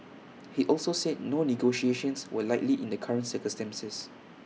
he also said no negotiations were likely in the current circumstances